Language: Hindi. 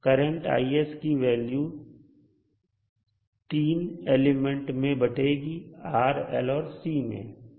करंट Is की वैल्यू 3 एलिमेंट में बटेगी R L और C में